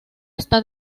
está